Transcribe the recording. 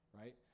right